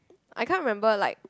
I can't remember like